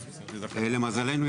למזלנו,